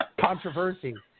Controversy